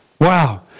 Wow